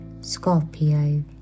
Scorpio